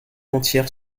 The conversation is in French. entière